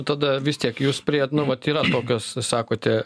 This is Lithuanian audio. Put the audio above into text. tada vis tiek jūs prie nu vat yra tokios sakote